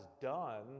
done